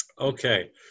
Okay